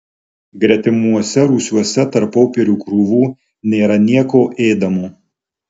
gretimuose rūsiuose tarp popierių krūvų nėra nieko ėdamo